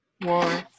war